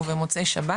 ובמוצאי שבת